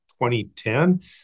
2010